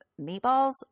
meatballs